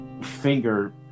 finger